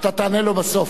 אתה תענה לו בסוף.